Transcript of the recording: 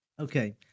Okay